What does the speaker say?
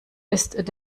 ist